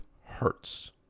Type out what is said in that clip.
hurts